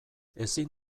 ezin